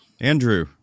Andrew